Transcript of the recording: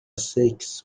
سکس